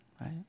right